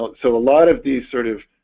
so a lot of these sort of